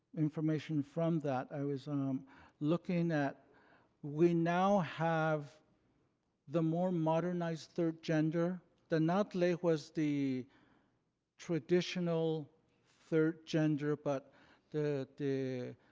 information from that. i was um looking at we now have the more modernized third gender. the natlee was the traditional third gender, but the